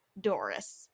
Doris